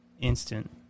instant